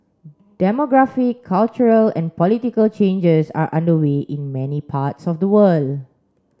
demographic cultural and political changes are underway in many parts of the world